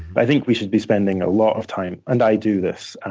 but i think we should be spending a lot of time, and i do this. and